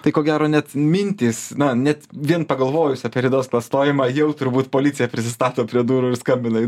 tai ko gero net mintys na net vien pagalvojus apie ridos klastojimą jau turbūt policija prisistato prie durų ir skambina į